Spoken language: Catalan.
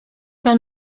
que